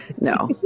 No